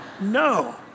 No